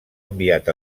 enviat